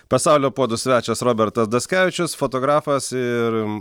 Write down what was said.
pasaulio puodų svečias robertas daskevičius fotografas ir